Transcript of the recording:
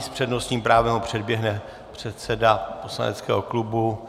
S přednostním právem ho předběhne předseda poslaneckého klubu.